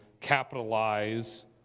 capitalize